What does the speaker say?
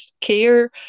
care